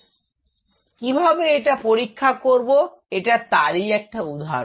তো কিভাবে এটা পরীক্ষা করব এটা তারই একটা উদাহরণ